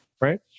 right